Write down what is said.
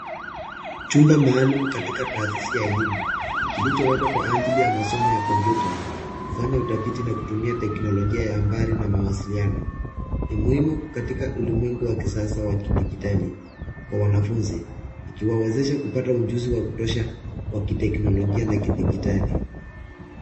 Chumba maalum katika taasisi ya elimu, kilicho wekwa kwa ajiri ya masomo ya kompyuta kufanya utafiti na kutumia teknolojia ya mbali na mawasiliano. Ni muhimu katika ulimwengu wa kisasa wa kidijitali kwa wanafunzi, ikiwawezesha kupata ujuzi wa kutosha wa kiteknolojia na kidijitali.